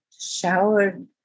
showered